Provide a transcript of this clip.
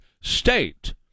state